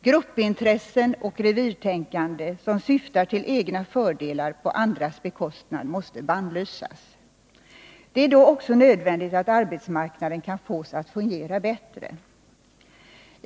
Gruppintressen och revirtänkande som syftar till egna fördelar på andras bekostnad måste bannlysas. Det är då också nödvändigt att arbetsmarknaden kan fås att fungera bättre.